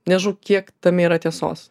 nežinau kiek tame yra tiesos